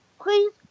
please